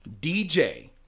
DJ